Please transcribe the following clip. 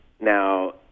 Now